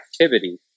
activity